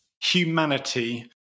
humanity